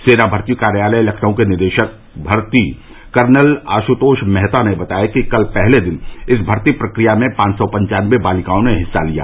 सेना भर्ती कार्यालय लखनऊ के निदेशक भर्ती कर्नल आशुतोष मेहता ने बताया कि कल पहले दिन इस भर्ती प्रकिया में पांच सौ पन्चानबे बालिकाओं ने हिस्सा लिया